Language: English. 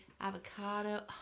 avocado